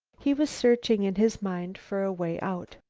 he was searching in his mind for a way out.